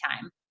time